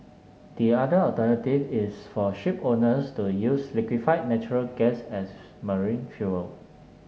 the other alternative is for shipowners to use liquefied natural gas as marine fuel